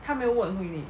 她没有问回你